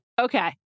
Okay